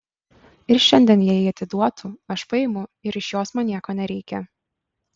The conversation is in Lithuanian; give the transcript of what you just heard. ir šiandien jei ji atiduotų aš paimu ir iš jos man nieko nereikia